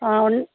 ആ ഉണ്ട്